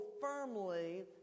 firmly